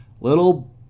Little